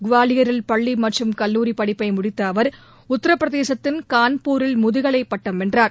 குவாலியரில் பள்ளி மற்றும் கல்லூரி படிப்பை முடித்த அவர் உத்திரபிரதேசத்தின் கான்பூரில் முதுகலை பட்டம் பெற்றார்